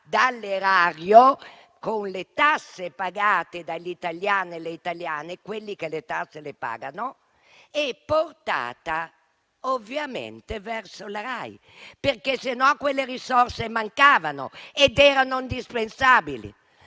dall'Erario, con le tasse pagate dagli italiani e dalle italiane (quelli che le tasse le pagano), e portata ovviamente verso la RAI, altrimenti quelle risorse mancavano ed erano indispensabili.